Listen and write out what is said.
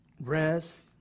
rest